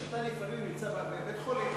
כשאתה לפעמים נמצא בבית-חולים,